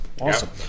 Awesome